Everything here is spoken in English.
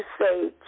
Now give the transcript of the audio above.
say